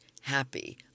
happy